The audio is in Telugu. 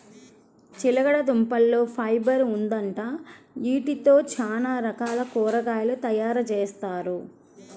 చిలకడదుంపల్లో ఫైబర్ ఉండిద్దంట, యీటితో చానా రకాల కూరలు తయారుజేత్తారు